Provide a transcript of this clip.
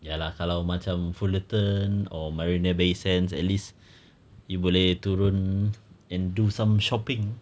ya lah kalau macam fullerton or marina bay sands at least you boleh turun and do some shopping